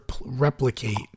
replicate